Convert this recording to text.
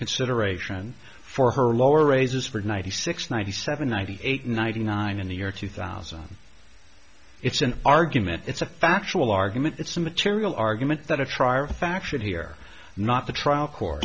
consideration for her lower raises for ninety six ninety seven ninety eight ninety nine in the year two thousand it's an argument it's a factual argument it's a material argument that a trier of fact should hear not the trial court